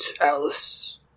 Alice